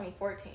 2014